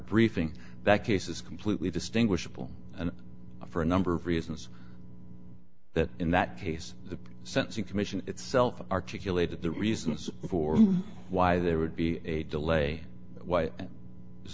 briefing that case is completely distinguishable and for a number of reasons that in that case the sentencing commission itself articulated the reasons for why there would be a delay wh